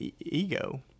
ego